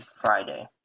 friday